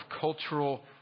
cultural